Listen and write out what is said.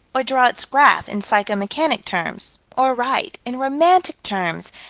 or draw its graph in psycho-mechanic terms or write, in romantic terms,